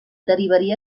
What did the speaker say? derivaria